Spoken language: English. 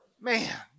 Man